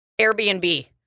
Airbnb